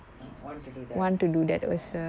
want to do that oh